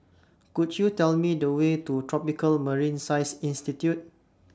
Could YOU Tell Me The Way to Tropical Marine Science Institute